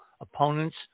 opponents